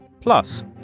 Plus